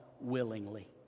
willingly